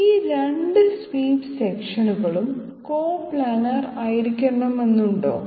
ഈ രണ്ട് സ്വീപ്പ് സെക്ഷനുകളും കോ പ്ലാനർ ആയിരിക്കുമെന്നുണ്ടോ